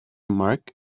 mark